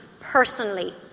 personally